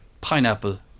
pineapple